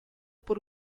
por